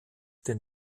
den